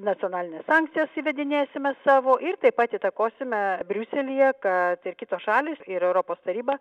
nacionalines sankcijas įvedinėsime savo ir taip pat įtakosime briuselyje kad ir kitos šalys ir europos taryba